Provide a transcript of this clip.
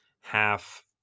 half